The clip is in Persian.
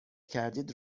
کردید